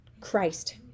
Christ